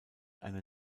eine